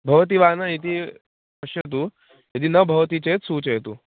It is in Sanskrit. भवति वा न इति पश्यतु यदि न भवति चेत् सूचयतु